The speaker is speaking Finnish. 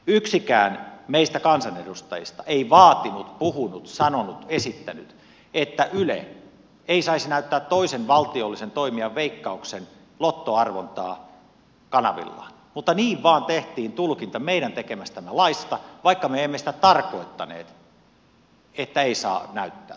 yksikään meistä kansanedustajista ei vaatinut puhunut sanonut esittänyt että yle ei saisi näyttää toisen valtiollisen toimijan veikkauksen lottoarvontaa kanavillaan mutta niin vain tehtiin tulkinta meidän tekemästämme laista vaikka me emme tarkoittaneet sitä että ei saa näyttää